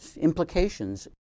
implications